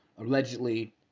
allegedly